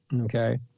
Okay